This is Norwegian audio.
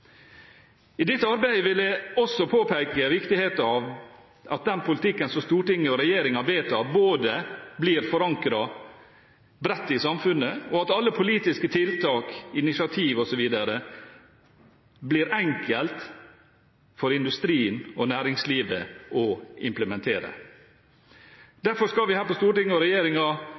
I dette arbeidet vil jeg også påpeke viktigheten av at den politikken som Stortinget og regjeringen vedtar, blir forankret bredt i samfunnet, slik at det blir enkelt for industrien og næringslivet å implementere